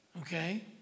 Okay